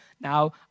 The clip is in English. Now